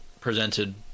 presented